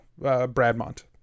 Bradmont